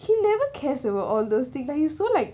he never cares about all those things that he's so like